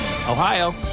Ohio